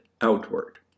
outward